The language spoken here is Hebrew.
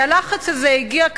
הלחץ הזה הגיע,